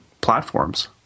platforms